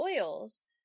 oils